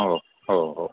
हो हो हो